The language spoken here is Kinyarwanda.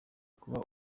kuba